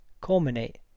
Culminate